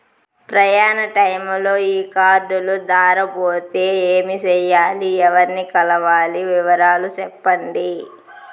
ప్రయాణ టైములో ఈ కార్డులు దారబోతే ఏమి సెయ్యాలి? ఎవర్ని కలవాలి? వివరాలు సెప్పండి?